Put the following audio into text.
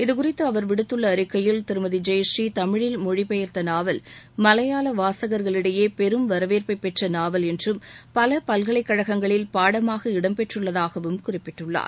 இது குறித்து அவர் விடுத்துள்ள அறிக்கையில் திருமதி ஜெயஸ்ரீ தமிழில் மொழிப்பெயர்த்த நாவல் மலையாள வாசகர்களிடையே பெரும் வரவேற்பை பெற்ற நூவல் என்றும் பல பல்கலைக்கழகங்களில் பாடமாக இடம்பெற்றுள்ளதாகவும் குறிப்பிட்டுள்ளார்